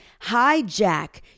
hijack